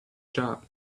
job